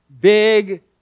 big